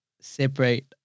separate